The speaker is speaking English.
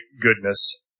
goodness